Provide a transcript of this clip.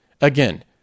Again